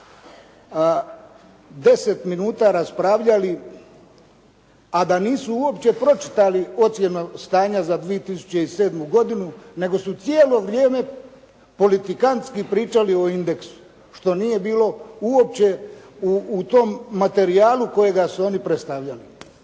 10 minuta raspravljali, a da nisu uopće pročitali ocjenu stanja za 2007. godinu, nego su cijelo vrijeme politikantski pričali o "Indeksu" što nije bilo uopće u tom materijalu kojega su oni predstavljali.